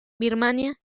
birmania